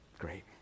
great